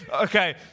okay